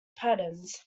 patterns